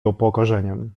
upokorzeniem